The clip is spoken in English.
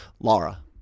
Laura